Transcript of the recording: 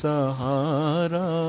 Sahara